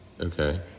Okay